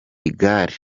igare